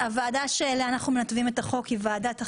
הוועדה שאליה אנחנו מנתבים את החוק היא ועדת החינוך,